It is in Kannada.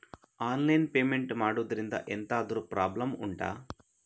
ಆನ್ಲೈನ್ ಪೇಮೆಂಟ್ ಮಾಡುದ್ರಿಂದ ಎಂತಾದ್ರೂ ಪ್ರಾಬ್ಲಮ್ ಉಂಟಾ